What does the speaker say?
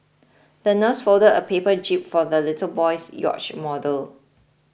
the nurse folded a paper jib for the little boy's yacht model